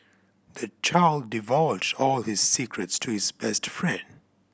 the child divulged all his secrets to his best friend